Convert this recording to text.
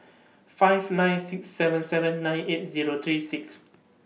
five nine six seven seven nine eight Zero three six